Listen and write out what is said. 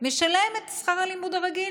משלם את שכר הלימוד הרגיל,